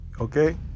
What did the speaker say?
Okay